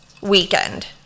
weekend